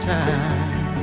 time